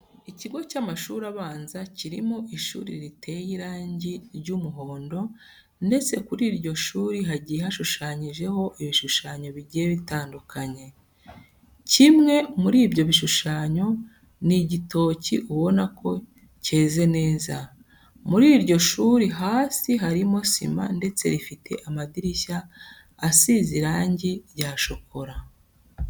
Ikigo cy'amashuri abanza kirimo ishuri riteye irangi ry'umuhondo ndetse kuri iryo shuri hagiye hashushanyijeho ibishushanyo bigiye bitandukanye. Kimwe muri ibyo bishushanyo ni igitoki ubona ko cyeze neza. Muri iryo shuri hasi harimo sima ndetse rifite amadirishya asize irangi rya shokora.